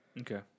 Okay